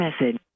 message